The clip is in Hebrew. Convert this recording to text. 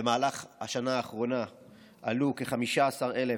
במהלך השנה האחרונה עלו כ-15,000